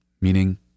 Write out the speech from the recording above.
meaning